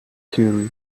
theory